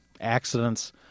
accidents